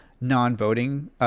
non-voting